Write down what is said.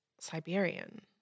Siberian